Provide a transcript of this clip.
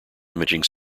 imaging